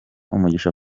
umugisha